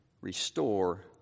restore